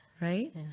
right